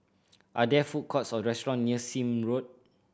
are there food courts or restaurant near Sime Road